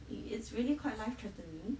it it's really quite life threatening